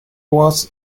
was